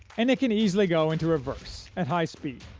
and it can easily go into reverse, at high speed.